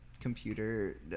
Computer